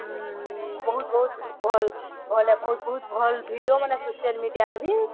ବହୁତ ବହୁତ ଭଲ୍ ଭଲ୍ ବହୁତ ବହୁତ ଭଲ୍ ଭିଡ଼ିଓ ମାନେ ସୋସିଆଲ ମିଡ଼ିଆରେ ବି